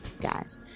guys